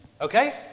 Okay